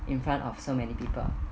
in front of so many people